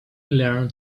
learn